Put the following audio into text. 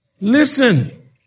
Listen